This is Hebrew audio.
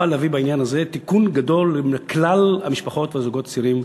נוכל להביא בעניין הזה תיקון גדול לכלל המשפחות והזוגות הצעירים